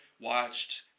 Watched